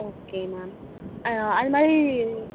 okay ma'am அது மாதிரி